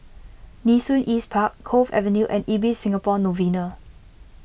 Nee Soon East Park Cove Avenue and Ibis Singapore Novena